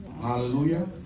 Hallelujah